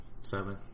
seven